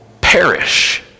perish